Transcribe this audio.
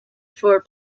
for